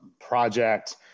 project